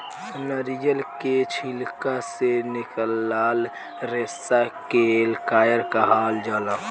नारियल के छिलका से निकलाल रेसा के कायर कहाल जाला